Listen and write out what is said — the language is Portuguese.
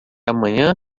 amanhã